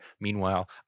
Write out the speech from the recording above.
Meanwhile